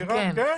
כן.